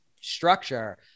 structure